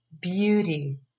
Beauty